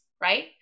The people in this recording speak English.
right